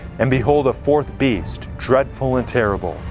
and behold, a fourth beast, dreadful and terrible,